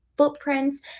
footprints